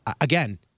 again